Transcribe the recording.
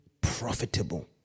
profitable